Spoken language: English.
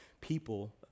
people